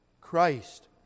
Christ